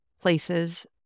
Places